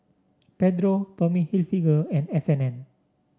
Pedro Tommy Hilfiger and F and N